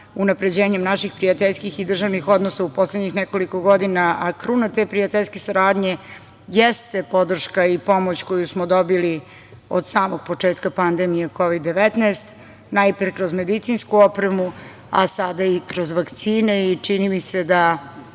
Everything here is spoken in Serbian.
unapređenjem naših prijateljskih i državnih odnosa u poslednjih nekoliko godina, a kruna te prijateljske saradnje jeste podrška i pomoć koju smo dobili od samog početka pandemije Kovid-19, najpre kroz medicinsku opremu, a sada i kroz vakcine i čini mi se da